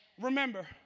remember